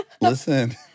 Listen